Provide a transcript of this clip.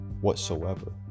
whatsoever